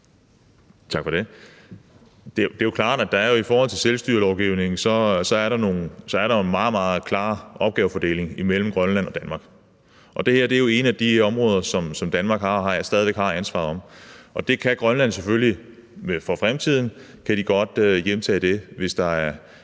Tak for det. Det er jo klart, at der i forhold til selvstyrelovgivningen er en meget, meget klar opgavefordeling imellem Grønland og Danmark, og det her er jo et af de områder, som Danmark stadig væk har ansvaret for, og det kan Grønland selvfølgelig i fremtiden godt hjemtage, hvis de ser